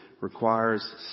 requires